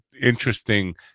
interesting